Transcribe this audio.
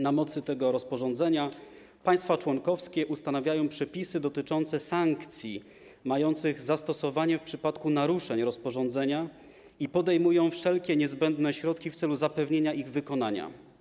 Na mocy tego rozporządzenia państwa członkowskie ustanawiają przepisy dotyczące sankcji mających zastosowanie w przypadku naruszeń rozporządzenia i podejmują wszelkie niezbędne środki w celu zapewnienia ich wykonywania.